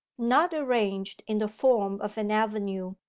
not arranged in the form of an avenue,